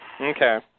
Okay